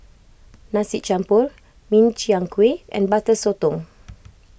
Nasi Campur Min Chiang Kueh and Butter Sotong